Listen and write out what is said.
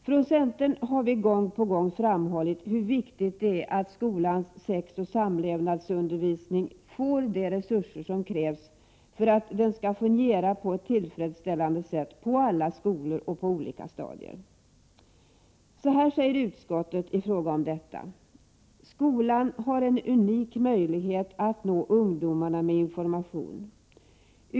Från centern har vi gång på gång framhållit hur viktigt det är att skolans sexoch samlevnadsundervisning får de resurser som krävs för att den skall fungera på ett tillfredsställande sätt, på alla skolor och på olika stadier. Så här säger utskottet i denna fråga: ”Skolan har en unik möjlighet att nå ungdomarna med information.